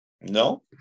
No